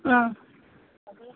ओं